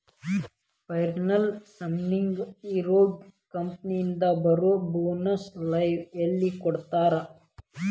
payroll ಸ್ಕೇಮ್ನ್ಯಾಗ ಇರೋರ್ಗೆ ಕಂಪನಿಯಿಂದ ಬರೋ ಬೋನಸ್ಸು ಲಿವ್ವು ಎಲ್ಲಾ ಕೊಡ್ತಾರಾ